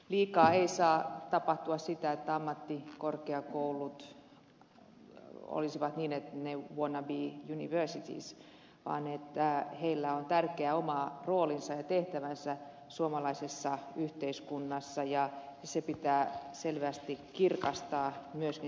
liikaa ei saa tapahtua sitä että ammattikorkeakoulut olisivat wannabe universities vaan niillä on tärkeä oma roolinsa ja tehtävänsä suomalaisessa yhteiskunnassa ja se ajatus pitää selvästi kirkastaa myöskin